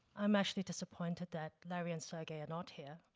i'm actually disappointed that larry and sergey are not here,